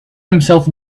himself